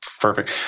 Perfect